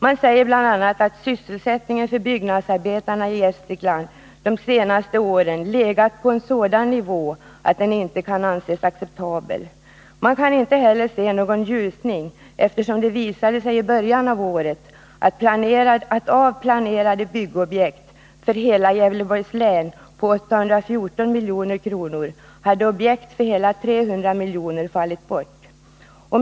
Man säger bl.a. att sysselsättningen för byggnadsarbetarna i Gästrikland de senaste åren har legat på en sådan nivå att den inte kan anses acceptabel. Man kan inte heller se någon ljusning, eftersom det i början av året visade sig att av planerade byggobjekt för hela Gävleborgs län på 814 milj.kr. hade objekt för hela 300 milj.kr. fallit bort.